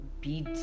beat